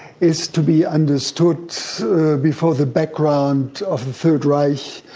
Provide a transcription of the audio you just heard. is to be understood so before the background of the third reich.